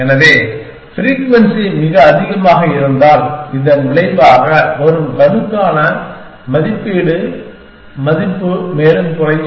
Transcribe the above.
எனவே ஃப்ரீக்வென்சி மிக அதிகமாக இருந்தால் இதன் விளைவாக வரும் கணுக்கான மதிப்பீட்டு மதிப்பு மேலும் குறையும்